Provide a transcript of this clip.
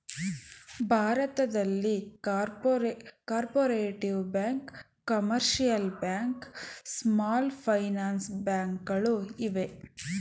ಭಾರತದಲ್ಲಿ cooperative banks, commercial banks, small finance bank ಗಳು ಇವೆ